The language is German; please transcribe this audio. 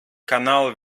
kanal